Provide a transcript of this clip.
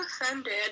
offended